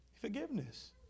Forgiveness